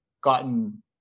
gotten